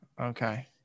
Okay